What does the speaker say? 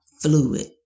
fluid